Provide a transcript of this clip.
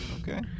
Okay